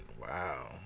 Wow